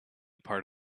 part